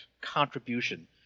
contribution